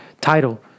title